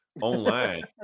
online